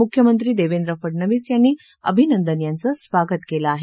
मुख्यमंत्री देवेंद्र फडणवीस अभिनंदन यांचं स्वागत केलं आहे